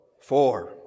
four